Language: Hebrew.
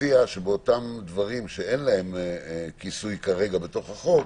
שבאותם דברים שאין להם כיסוי כרגע בתוך החוק,